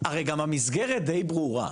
גם המסגרת די ברורה.